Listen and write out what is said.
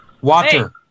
Water